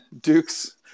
Duke's